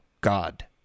God